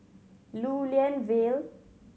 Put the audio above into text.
Lew Lian Vale